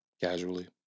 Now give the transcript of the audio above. Casually